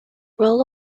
role